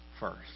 first